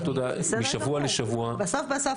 בסוף בסוף,